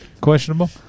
Questionable